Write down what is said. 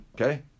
okay